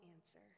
answer